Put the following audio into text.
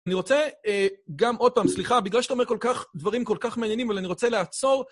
אני רוצה גם עוד פעם, סליחה, בגלל שאתה אומר כל-כך, דברים כל-כך מעניינים, אבל אני רוצה לעצור.